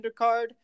undercard